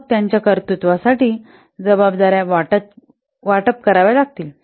मग त्यांच्या कर्तृत्वासाठी जबाबदाऱ्या वाटप कराव्या लागतील